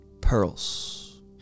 pearls